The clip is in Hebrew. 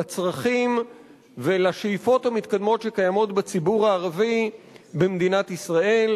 לצרכים ולשאיפות המתקדמות שקיימות בציבור הערבי במדינת ישראל.